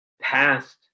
past